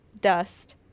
dust